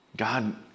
God